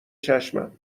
چشمم